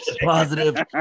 positive